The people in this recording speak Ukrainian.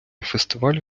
фестивалю